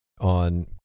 on